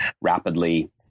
rapidly